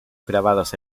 grabados